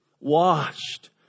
washed